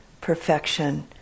perfection